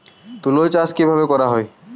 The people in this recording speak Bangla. তুলো চাষ কিভাবে করা হয়?